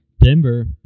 Denver